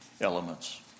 elements